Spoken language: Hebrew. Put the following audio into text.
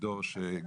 אני